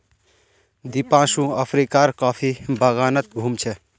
दीपांशु अफ्रीकार कॉफी बागानत घूम छ